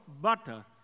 butter